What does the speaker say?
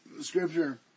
scripture